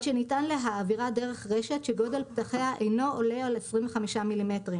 שניתן להעבירה דרך רשת שגודל פתחיה אינו עולה על 25 מילימטרים,